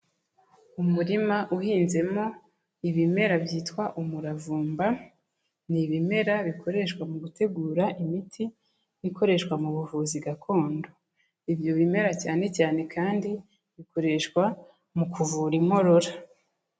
Umurima uhinzemo ibimera byitwa umuravumba, ni ibimera bikoreshwa mu gutegura imiti ikoreshwa mu buvuzi gakondo. Ibyo bimera cyane cyane kandi bikoreshwa mu kuvura inkorora.